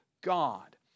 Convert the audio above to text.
God